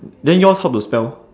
then yours how to spell